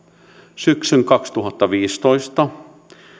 syksyn kaksituhattaviisitoista